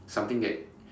something that